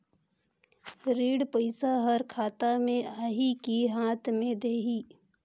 ऋण पइसा हर खाता मे आही की हाथ मे देही?